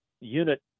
unit